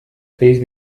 please